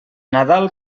nadal